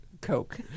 Coke